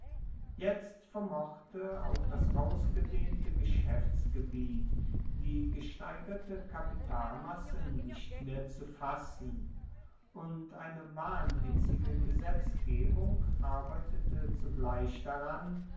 jetzt vermochte auch das ausgedehnte geschaeftsgebiet die gesteigerte kapitalmasse nicht mehr zu fassen und eine wahnwitzige gesetzgebung arbeitete zugleich daran